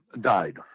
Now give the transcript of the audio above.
died